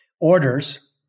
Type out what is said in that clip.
orders